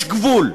יש גבול.